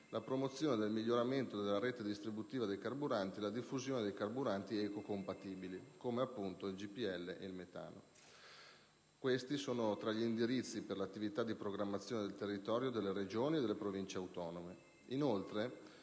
la promozione del miglioramento della rete distributiva dei carburanti e la diffusione dei carburanti ecocompatibili come, appunto, il GPL e il metano tra gli indirizzi per l'attività di programmazione del territorio delle Regioni e delle Province autonome.